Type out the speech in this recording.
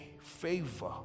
favor